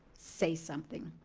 say something.